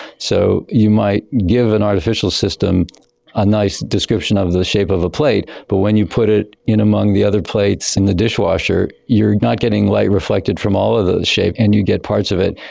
so you might give an artificial system a nice description of the shape of a plate, but when you put it in among the other plates in the dishwasher, you're not getting light reflected from all of those shapes and you get parts of it,